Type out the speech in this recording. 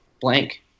blank